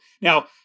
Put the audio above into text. Now